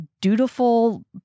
dutiful